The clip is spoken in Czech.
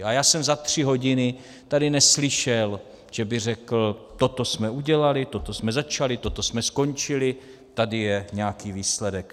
A já jsem za tři hodiny tady neslyšel, že by řekl: Toto jsme udělali, toto jsme začali, toto jsme skončili, tady je nějaký výsledek.